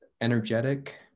energetic